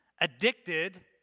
Addicted